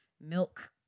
milk